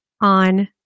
on